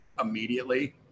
immediately